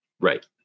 Right